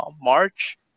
March